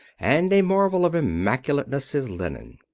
and a marvel of immaculateness his linen.